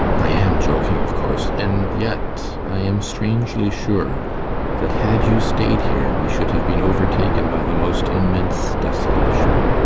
i am joking of course, and yet i am strangely sure that had you stayed here we should have been overtaken by the most immense desolation.